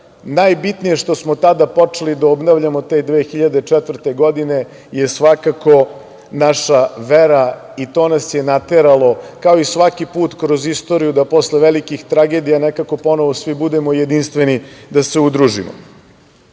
najbitnije što smo tada počeli da obnavljamo te, 2004. godine je svakako, naša vera i to nas je nateralo, kao i svaki put kroz istoriju da posle velikih tragedija nekako ponovo svi budemo jedinstveni da se udružimo. Ponovo